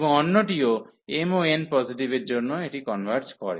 এবং অন্যটিও mn পজিটিভের জন্য এটি কনভার্জ করে